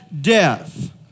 death